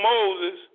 Moses